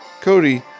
Cody